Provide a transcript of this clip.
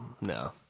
no